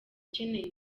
ukeneye